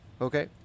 okay